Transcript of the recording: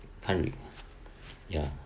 currently ya